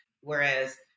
whereas